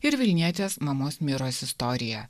ir vilnietės mamos miros istoriją